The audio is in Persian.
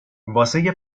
واسه